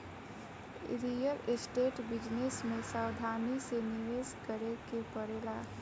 real estate business में सावधानी से निवेश करे के पड़ेला